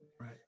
Right